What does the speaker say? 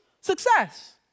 success